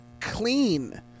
Clean